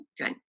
Okay